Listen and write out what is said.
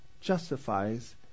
justifies